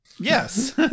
Yes